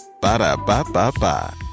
Ba-da-ba-ba-ba